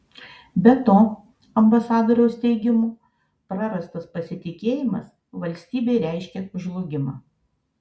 be to ambasadoriaus teigimu prarastas pasitikėjimas valstybei reiškia žlugimą